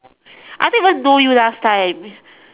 I don't even know you last time